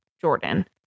Jordan